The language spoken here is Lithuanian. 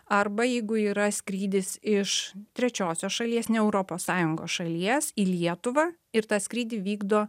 arba jeigu yra skrydis iš trečiosios šalies ne europos sąjungos šalies į lietuvą ir tą skrydį vykdo